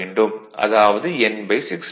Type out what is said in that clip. அதாவது N 60